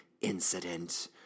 Incident